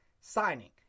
signing